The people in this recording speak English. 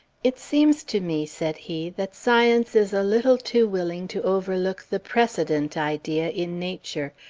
it seems to me said he, that science is a little too willing to overlook the precedent idea in nature,